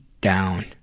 down